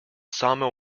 sawmill